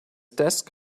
desk